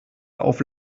auf